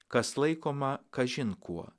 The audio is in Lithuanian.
kas laikoma kažin kuo